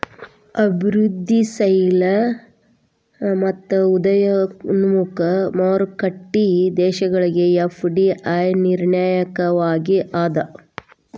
ಅಭಿವೃದ್ಧಿಶೇಲ ಮತ್ತ ಉದಯೋನ್ಮುಖ ಮಾರುಕಟ್ಟಿ ದೇಶಗಳಿಗೆ ಎಫ್.ಡಿ.ಐ ನಿರ್ಣಾಯಕವಾಗಿ ಅದ